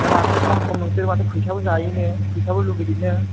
आमफ्राय माथो सम सम नोंसोर माथो फैसाबो जायोनो फैसाबो लुबैदेरो